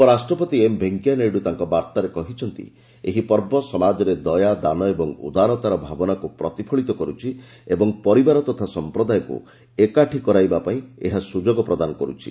ଉପରାଷ୍ଟପତି ଏମ୍ ଭେଙ୍କିୟା ନାଇଡ଼ ତାଙ୍କ ବାର୍ତ୍ତାରେ କହିଛନ୍ତି ଏହି ପର୍ବ ସମାଜରେ ଦୟା ଦାନ ଓ ଉଦାରତାର ଭାବନାକୁ ପ୍ରତିଫଳିତ କର୍ରଛି ଏବଂ ପରିବାର ତଥା ସମ୍ପ୍ରଦାୟକୁ ଏକାଠି କରାଇବାପାଇଁ ଏହା ସ୍ରଯୋଗ ପ୍ରଦାନ କର୍ରଛି